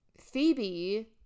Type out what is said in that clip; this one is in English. Phoebe